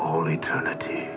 all eternity